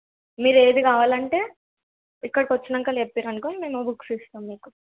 మీరు ఏది కావాలంటే ఇక్కడికి వచ్చినాక చెప్పిర్రు అనుకో మేము బుక్స్ ఇస్తాం మీకు